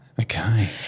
Okay